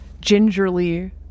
gingerly